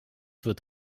wird